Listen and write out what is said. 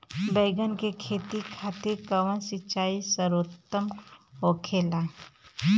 बैगन के खेती खातिर कवन सिचाई सर्वोतम होखेला?